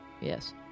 Yes